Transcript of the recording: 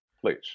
Please